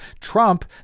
Trump